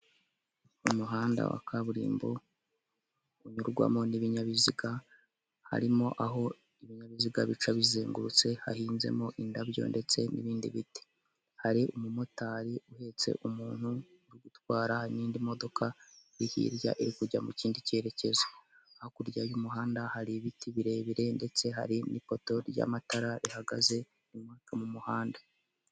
Umuhanda wa kaburimbo unyurwamo n'ibinyabiziga harimo aho ibinyabiziga bica bizengurutse hahinzemo indabyo ndetse n'ibindi biti, hari umumotari uhetse umuntu uri gutwara n'indi modoka iri hirya iri kujya mu kindi cyerekezo, hakurya y'umuhanda hari ibiti birebire ndetse hari n'ipoto y'amatara rihagaze inyumaka m'umuhanda.